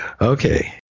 Okay